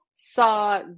saw